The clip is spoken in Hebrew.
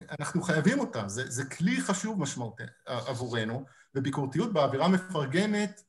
אנחנו חייבים אותם, זה כלי חשוב עבורנו, וביקורתיות באווירה מפרגנת